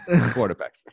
quarterback